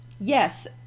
yes